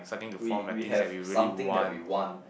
we we have something that we want